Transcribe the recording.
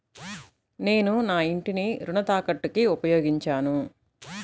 నేను నా ఇంటిని రుణ తాకట్టుకి ఉపయోగించాను